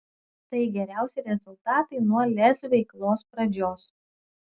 tai geriausi rezultatai nuo lez veiklos pradžios